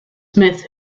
smith